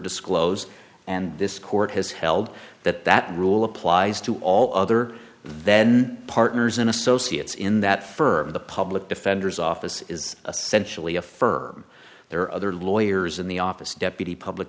disclosed and this court has held that that rule applies to all other then partners and associates in that firm the public defender's office is essential in a firm there are other lawyers in the office deputy public